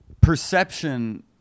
perception